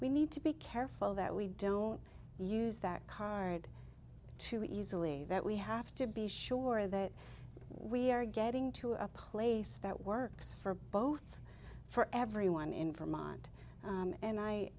we need to be careful that we don't use that card too easily that we have to be sure that we are getting to a place that works for both for everyone in vermont and i